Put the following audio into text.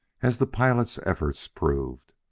as the pilot's efforts proved,